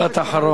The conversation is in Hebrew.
משפט אחרון.